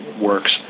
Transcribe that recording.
works